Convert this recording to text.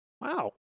Wow